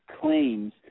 claims